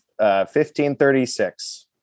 1536